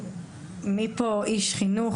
מי פה איש חינוך,